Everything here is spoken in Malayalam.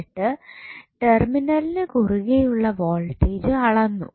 എന്നിട്ട് ടെർമിനലിന് കുറുകെയുള്ള വോൾട്ടേജ് അളന്നു